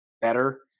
better